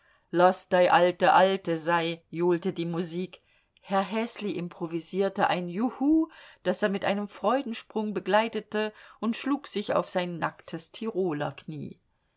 dei alte alte sei johlte die musik herr häsli improvisierte ein juhu das er mit einem freudensprung begleitete und schlug sich auf sein nacktes tirolerknie